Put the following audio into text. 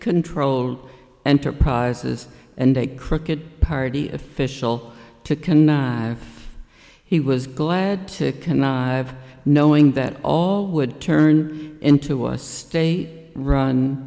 controlled enterprises and a crooked party official to connive he was glad to connive knowing that all would turn into a state run